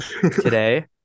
Today